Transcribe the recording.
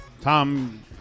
Tom